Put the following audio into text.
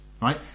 right